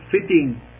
fitting